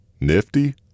Nifty